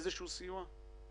איזשהו סיוע?